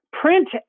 Print